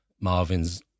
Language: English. Marvin's